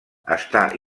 està